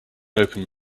open